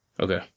Okay